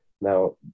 Now